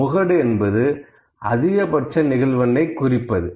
முகடு என்பது அதிகபட்ச நிகழ்வெண்ணை குறிப்பது